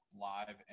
live